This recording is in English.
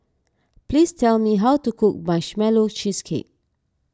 please tell me how to cook Marshmallow Cheesecake